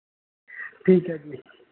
ਠੀਕ ਹੈ ਜੀ